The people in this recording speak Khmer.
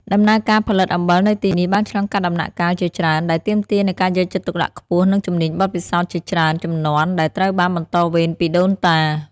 ដំណើរការផលិតអំបិលនៅទីនេះបានឆ្លងកាត់ដំណាក់កាលជាច្រើន ដែលទាមទារនូវការយកចិត្តទុកដាក់ខ្ពស់និងជំនាញបទពិសោធន៍ជាច្រើនជំនាន់ដែលត្រូវបានបន្តវេនពីដូនតា។